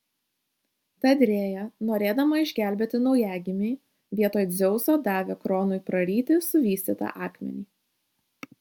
tad rėja norėdama išgelbėti naujagimį vietoj dzeuso davė kronui praryti suvystytą akmenį